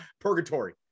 purgatory